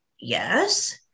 Yes